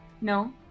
No